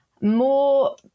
more